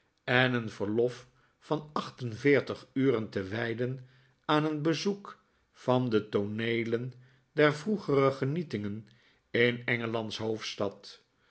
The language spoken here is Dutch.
en een verlof van acht en veertig uren te wijden aan een bezoek van de tooneelen der vroegere genietingen in engelands hoofdstad